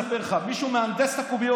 חוץ ממה שאני מספר לך: מישהו מהנדס את הקוביות,